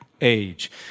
age